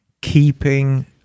keeping